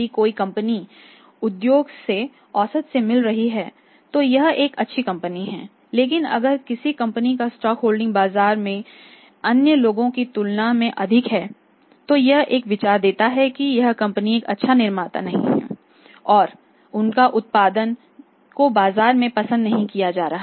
यदि कोई कंपनी उद्योग के औसत से मिल रही है तो यह एक अच्छी कंपनी है लेकिन अगर किसी कंपनी का स्टॉक होल्डिंग बाजारों में अन्य लोगों की तुलना में अधिक है तो यह एक विचार देता है कि यह कंपनी एक अच्छा निर्माता नहीं है और उनका उत्पादन को बाजार में पसंद नहीं किया जाता